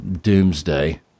doomsday